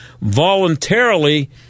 voluntarily